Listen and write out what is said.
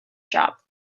shop